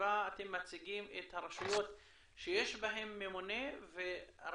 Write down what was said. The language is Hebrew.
שבה אתם מציגים את הרשויות שיש בהן ממונה והרשויות